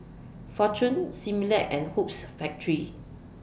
Fortune Similac and Hoops Factory